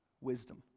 wisdom